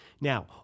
Now